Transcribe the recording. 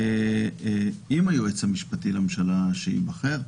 עם היועץ המשפטי לממשלה שייבחר.